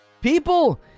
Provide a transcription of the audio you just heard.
People